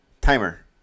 timer